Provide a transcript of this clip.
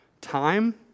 time